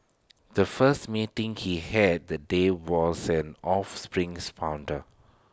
the first meeting he had the day was an offspring's founder